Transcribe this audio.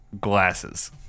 Glasses